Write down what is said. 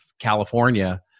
California